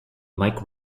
mike